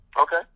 Okay